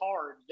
hard